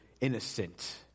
innocent